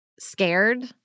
scared